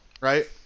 right